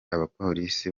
abapolisi